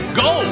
go